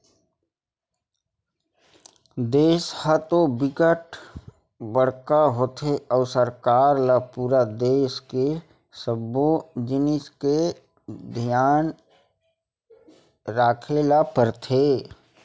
देस ह तो बिकट बड़का होथे अउ सरकार ल पूरा देस के सब्बो जिनिस के धियान राखे ल परथे